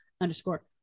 underscore